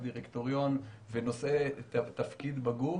ודירקטוריון ונושאי תפקיד בגוף.